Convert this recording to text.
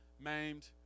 maimed